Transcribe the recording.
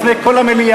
לפני כל המליאה,